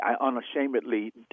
unashamedly